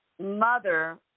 mother